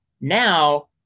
Now